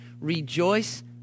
Rejoice